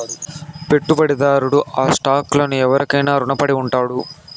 పెట్టుబడిదారుడు ఆ స్టాక్ లను ఎవురికైనా రునపడి ఉండాడు